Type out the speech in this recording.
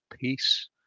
peace